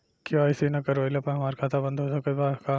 KYC ना करवाइला पर हमार खाता बंद हो सकत बा का?